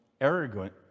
arrogant